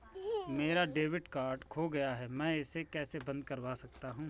मेरा debit card खो गया है मैं इसे कैसे बंद करवा सकता हूँ?